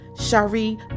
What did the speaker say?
Shari